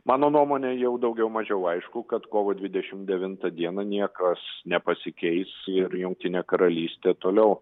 mano nuomone jau daugiau mažiau aišku kad kovo dvidešim devintą dieną niekas nepasikeis ir jungtinė karalystė toliau